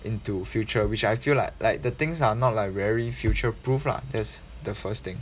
into future which I feel like like the things are not like very future proof lah that's the first thing